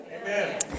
Amen